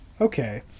Okay